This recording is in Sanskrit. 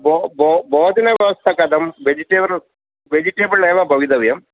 बो बो भोजनव्यवस्था कथं वेजिटेबल् वेजिटेबल् एव भवितव्यम्